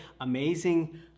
amazing